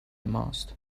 ماست